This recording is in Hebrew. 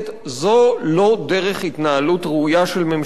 זו לא דרך התנהלות ראויה של ממשלה.